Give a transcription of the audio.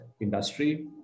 industry